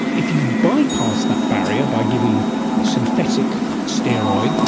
if you bypass that barrier by giving a synthetic steroid. but